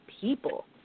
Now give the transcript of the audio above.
people